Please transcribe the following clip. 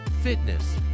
fitness